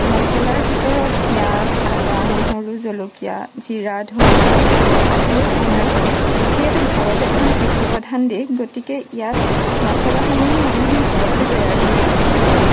মছলাৰ ভিতৰত পিঁয়াজ আদা নহৰু জলকীয়া জিৰা ধনিয়া আদিয়ে অন্যতম যিহেতু ভাৰত এখন কৃষিপ্ৰধান দেশ গতিকে ইয়াত মছলাসমূহো মানুহে ঘৰতে তৈয়াৰ কৰি লয়